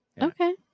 Okay